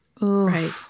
right